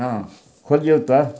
हँ खोलियौ तऽ